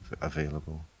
available